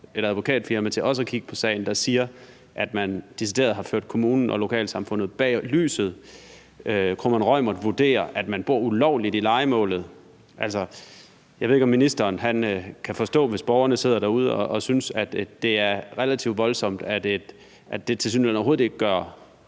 og advokatfirmaet siger, at man decideret har ført kommunen og lokalsamfundet bag lyset. Kromann Reumert vurderer, at man bor ulovligt i lejemålet. Altså, jeg ved ikke, om ministeren kan forstå, hvis borgerne sidder derude og synes, at det er relativt voldsomt, at det tilsyneladende overhovedet ikke gør